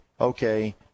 okay